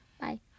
Bye